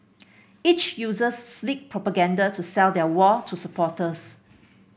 each users slick propaganda to sell their war to supporters